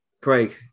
Craig